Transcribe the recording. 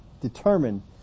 determine